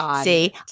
See